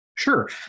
Sure